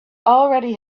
already